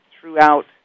throughout